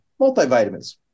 multivitamins